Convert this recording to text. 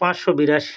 পাঁচশো বিরাশি